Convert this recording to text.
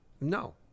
No